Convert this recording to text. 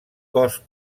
cos